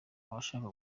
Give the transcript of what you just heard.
abashaka